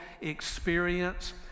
experience